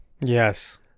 yes